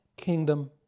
kingdom